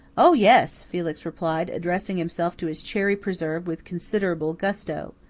oh, yes, felix replied, addressing himself to his cherry preserve with considerable gusto.